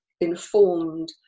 informed